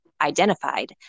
Identified